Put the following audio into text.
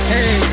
Hey